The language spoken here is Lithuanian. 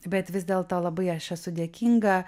bet vis dėlto labai aš esu dėkinga